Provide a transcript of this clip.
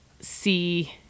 see